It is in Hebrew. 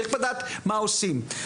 צריך לדעת מה עושים.